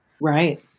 Right